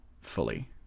fully